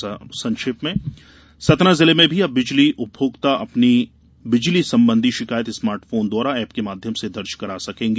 समाचार संक्षेप में सतना जिले में भी अब बिजली उपभोक्ता अपनी बिजली संबंधी शिकायत स्मार्ट फोन द्वारा एप के माध्यम से दर्ज करा सकेंगे